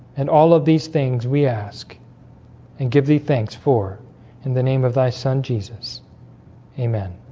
and all of these things we ask and give thee thanks for in the name of thy son jesus amen